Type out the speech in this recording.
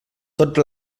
tots